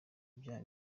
ibyaha